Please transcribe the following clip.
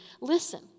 Listen